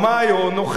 או נוכל,